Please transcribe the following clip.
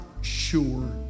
sure